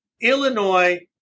Illinois